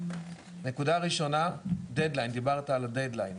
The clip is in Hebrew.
נקודה ראשונה, דד-ליין, דיברת על דד-ליין,